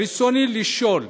ברצוני לשאול: